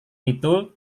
itu